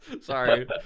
Sorry